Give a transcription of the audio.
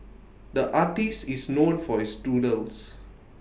the artist is known for his doodles